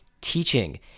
teaching